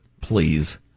Please